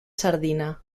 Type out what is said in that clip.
sardina